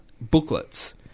booklets